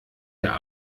der